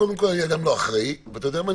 קודם כול אני אהיה גם לא אחראי, ואתה יודע מה?